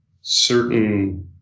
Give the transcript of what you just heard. certain